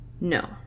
No